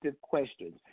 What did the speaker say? questions